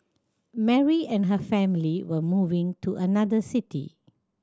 Mary and her family were moving to another city